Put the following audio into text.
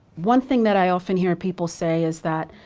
one thing that i often hear people say is that,